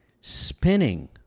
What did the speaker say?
spinning